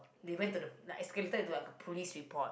they went to the like escalator to a police report